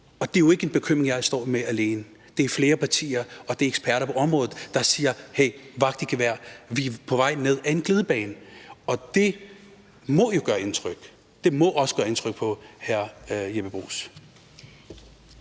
Så det er jo ikke en bekymring, jeg står med alene, men det er flere partier, og det er eksperter på området, der siger: Hej, vagt i gevær, vi er på vej ned ad en glidebane. Og det må jo gøre indtryk. Det må også gøre indtryk på hr. Jeppe Bruus.